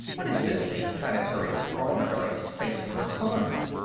what is this, a planetary parliament or a spaceport saloon?